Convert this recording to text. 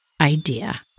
idea